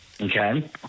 okay